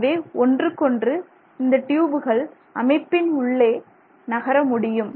எனவே ஒன்றுக்கொன்று இந்த ட்யூபுகள் அமைப்பின் உள்ளே நகர முடியும்